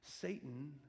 Satan